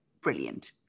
brilliant